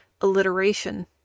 alliteration